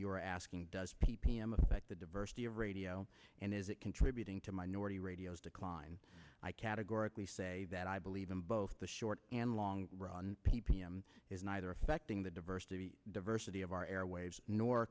you are asking does p p m affect the diversity of radio and is it contributing to minority radio's decline i categorically say that i believe in both the short and long run p p m is neither affecting the diversity diversity of our airwaves nor